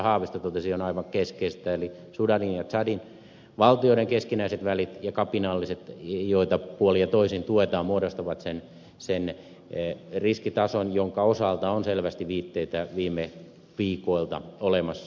haavisto totesi on aivan keskeistä eli sudanin ja tsadin valtioiden keskinäiset välit ja kapinalliset joita puolin ja toisin tuetaan muodostavat sen riskitason jonka osalta on selvästi viitteitä viime viikoilta olemassa